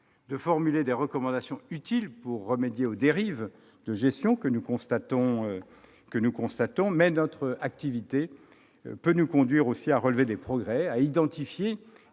de formuler des recommandations utiles pour remédier aux dérives de gestion que nous constatons, mais notre activité nous conduit aussi à relever des progrès, à identifier